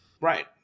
Right